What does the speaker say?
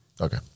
okay